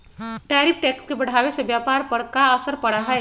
tariff tax के बढ़ावे से व्यापार पर का असर पड़ा हई